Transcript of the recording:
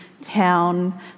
Town